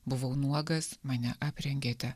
buvau nuogas mane aprengėte